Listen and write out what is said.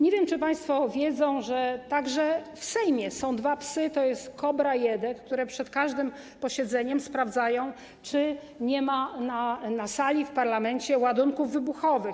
Nie wiem, czy państwo wiedzą, że także w Sejmie są dwa psy - to są Kobra i Edek, które przed każdym posiedzeniem sprawdzają, czy nie ma na sali, w parlamencie ładunków wybuchowych.